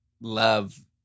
love